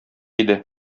иде